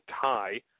tie